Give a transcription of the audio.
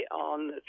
on